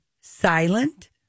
silent